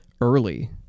early